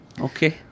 Okay